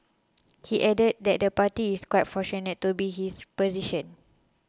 he added that the party is quite fortunate to be his position